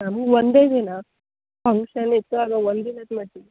ನಮ್ಗೆ ಒಂದೇ ದಿನ ಫಂಕ್ಷನ್ ಇತ್ತು ಒನ್ ದಿನದ ಮಟ್ಟಿಗೆ